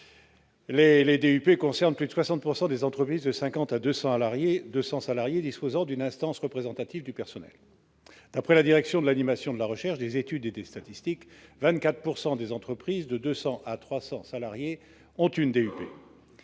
Les DUP concernent plus de 60 % des entreprises de 50 à 200 salariés disposant d'une instance représentative du personnel. D'après la Direction de l'animation de la recherche, des études et des statistiques, la DARES, 24 % des entreprises de 200 à 300 salariés ont une DUP.